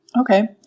Okay